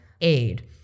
aid